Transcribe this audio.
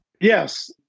Yes